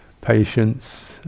patience